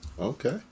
Okay